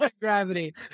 gravity